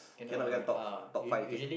cannot become top top five can